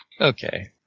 Okay